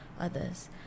others